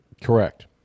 Correct